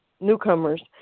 newcomers